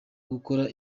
gukora